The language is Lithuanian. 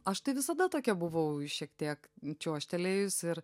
aš visada tokia buvau šiek tiek čiuožtelėjus ir